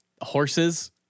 Horses